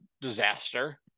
disaster